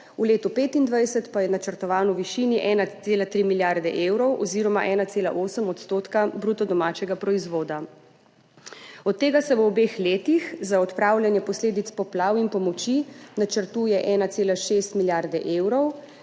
v letu 2025 pa je načrtovan v višini 1,3 milijarde evrov oziroma 1,8 % bruto domačega proizvoda. Od tega se v obeh letih za odpravljanje posledic poplav in pomoči načrtuje 1,6 milijarde evrov.